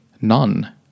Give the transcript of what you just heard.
none